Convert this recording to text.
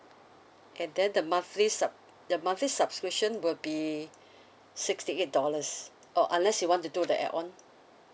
and then the monthly sub the monthly subscription will be sixty eight dollars or unless you want to do the add-on